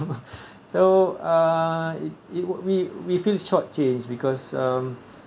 so uh it it wa~ we we feel short-changed because um